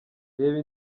reba